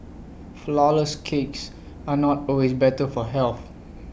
Flourless Cakes are not always better for health